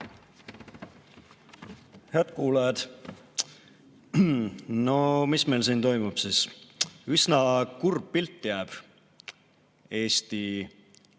Head kuulajad! No mis meil siin toimub? Üsna kurb pilt jääb Eesti